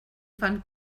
fan